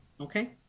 okay